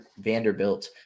Vanderbilt